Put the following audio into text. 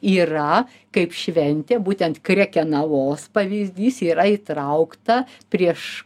yra kaip šventė būtent krekenavos pavyzdys yra įtraukta prieš